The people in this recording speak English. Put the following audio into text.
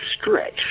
stretch